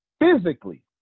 physically